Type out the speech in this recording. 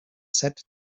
said